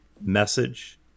message